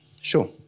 sure